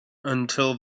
until